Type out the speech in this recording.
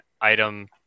item